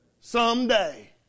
someday